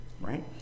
right